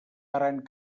parant